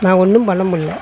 நான் ஒன்றும் பண்ண முடில்ல